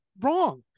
wrong